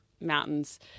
mountains